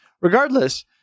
Regardless